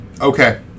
Okay